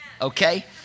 okay